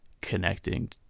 connecting